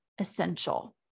essential